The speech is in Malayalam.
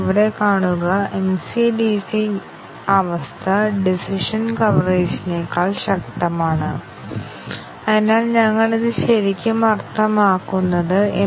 ഇവിടെ n അടിസ്ഥാന വ്യവസ്ഥകൾ ഉണ്ടെങ്കിൽ നമുക്ക് 2 ആയി n വേണം ശതമാനം മൂടിയിരിക്കുന്നു എന്നത് എല്ലാ അടിസ്ഥാന വ്യവസ്ഥകളും എടുക്കുന്ന സത്യമൂല്യത്തെ 2 അടിസ്ഥാന വ്യവസ്ഥകളായി വിഭജിച്ചിരിക്കുന്നു